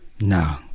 no